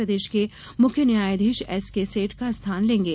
प्रदेश के मुख्य न्यायाधीश एसके सेठ का स्थान लेंगे